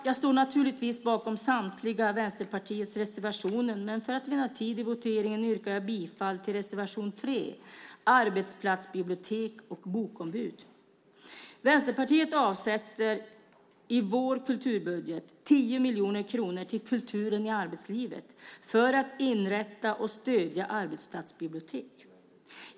Jag står naturligtvis bakom samtliga Vänsterpartiets reservationer, men för att vinna tid i voteringen yrkar jag bifall till reservation 3, Arbetsplatsbibliotek och bokombud. Vi i Vänsterpartiet avsätter i vår kulturbudget 10 miljoner kronor till kulturen i arbetslivet för att inrätta och stödja arbetsplatsbibliotek.